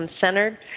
centered